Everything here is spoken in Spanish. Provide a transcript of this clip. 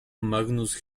magnus